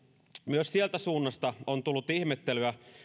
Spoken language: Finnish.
myös sieltä suunnasta on tullut ihmettelyä siitä